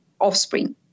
offspring